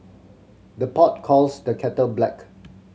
the pot calls the kettle black